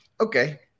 okay